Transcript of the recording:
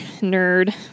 nerd